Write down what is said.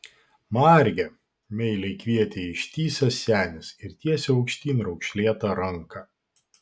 marge meiliai kvietė ištįsęs senis ir tiesė aukštyn raukšlėtą ranką